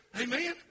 Amen